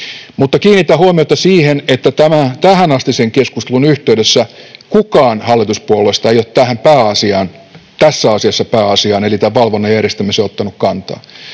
kiinnitän huomiota siihen, että tämän tähänastisen keskustelun yhteydessä kukaan hallituspuolueista ei ole tähän pääasiaan, tässä asiassa pääasiaan eli tämän valvonnan järjestämiseen, ottanut kantaa.